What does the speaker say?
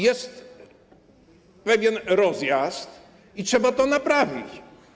Jest pewien rozjazd i trzeba to naprawić.